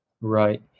Right